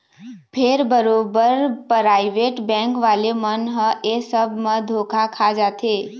फेर बरोबर private bank वाले मन ह ऐ सब म धोखा खा जाथे